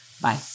Bye